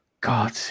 God